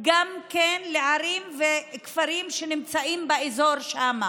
גם כן לערים וכפרים שנמצאים באזור שם.